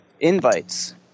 Invites